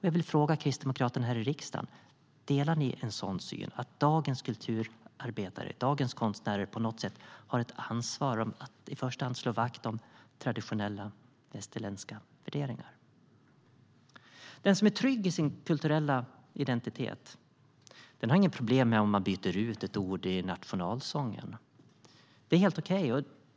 Jag vill fråga Kristdemokraterna här i riksdagen: Delar ni en sådan syn - att dagens kulturarbetare och konstnärer på något sätt har ett ansvar för att i första hand slå vakt om traditionella västerländska värderingar? Den som är trygg i sin kulturella identitet har inget problem om man byter ut ett ord i nationalsången - det är helt okej.